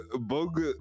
bug